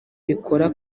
rikora